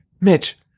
mitch